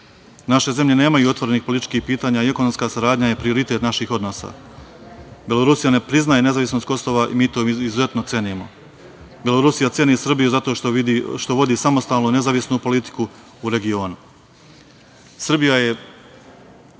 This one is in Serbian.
Naše zemlje nemaju otvorenih političkih pitanja i ekonomska saradnja je prioritet naših odnosa. Belorusija ne priznaje nezavisnost Kosova i mi to izuzetno cenimo. Belorusija ceni Srbiju zato što vodi samostalnu, nezavisnu politiku u regionu.